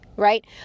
right